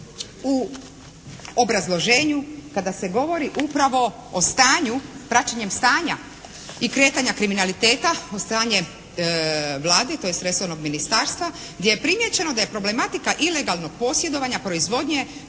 u obrazloženju kada se govori upravo o stanju, praćenjem stanja i kretanja kriminaliteta od strane Vlade tj. resornog Ministarstva gdje je primijećeno da je problematika ilegalnog posjedovanja proizvodnje,